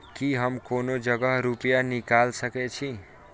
की हम कोनो जगह रूपया निकाल सके छी?